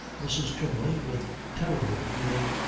mrs. twymley, with terrible meaning,